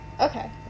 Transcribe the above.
Okay